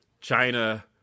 China